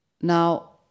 Now